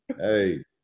Hey